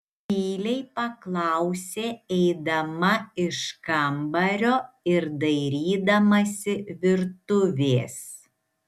tyliai paklausė eidama iš kambario ir dairydamasi virtuvės